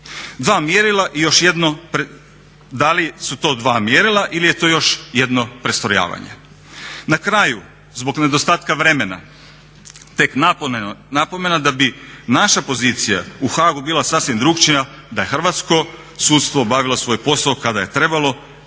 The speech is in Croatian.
Dva mjerila i još jedno, da li su to dva mjerila ili je to još jedno prestrojavanje? Na kraju zbog nedostatka vremena tek napomena da bi naša pozicija u Haagu bila sasvim drukčija da je hrvatsko sudstvo obavilo svoj posao kada je trebalo